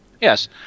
Yes